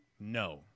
No